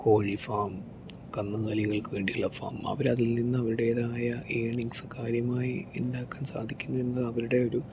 കോഴി ഫാം കന്നുകാലികൾക്ക് വേണ്ടിയുള്ള ഫാം അവർ അതിൽ നിന്ന് അവരുടേതായ ഏണിങ്സ് കാര്യമായി ഉണ്ടാക്കാൻ സാധിക്കുന്നുവെന്നത് അവരുടെ ഒരു